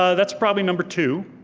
ah that's probably number two.